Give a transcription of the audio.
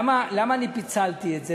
למה פיצלתי את זה?